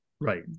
Right